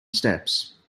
steps